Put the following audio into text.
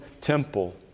temple